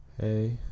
Hey